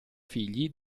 figli